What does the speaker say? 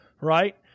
Right